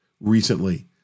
recently